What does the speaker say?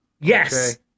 Yes